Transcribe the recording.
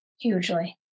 Hugely